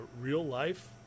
real-life